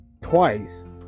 twice